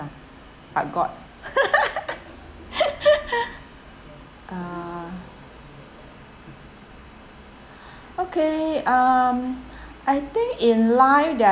but god uh okay um I think in life there are